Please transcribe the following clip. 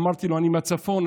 אמרתי לו: אני בצפון,